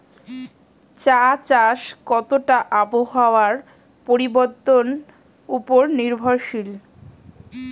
চা চাষ কতটা আবহাওয়ার পরিবর্তন উপর নির্ভরশীল?